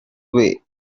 way